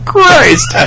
Christ